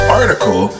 article